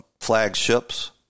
flagships